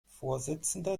vorsitzender